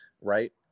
Right